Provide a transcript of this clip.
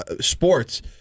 sports